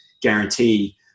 guarantee